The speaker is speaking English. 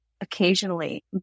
occasionally